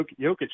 Jokic